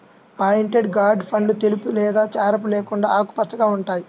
pointed gourd పండ్లు తెలుపు లేదా చారలు లేకుండా ఆకుపచ్చగా ఉంటాయి